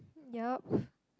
ya